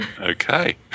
Okay